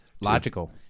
Logical